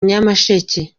nyamasheke